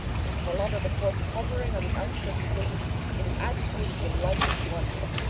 with charlotta the fourth hovering on the outskirts of things in agitated delight and wonder.